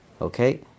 okay